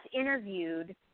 interviewed